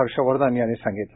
हर्षवर्धन यांनी सांगितलं